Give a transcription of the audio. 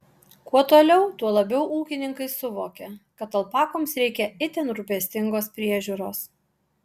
kuo toliau tuo labiau ūkininkai suvokia kad alpakoms reikia itin rūpestingos priežiūros